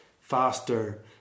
faster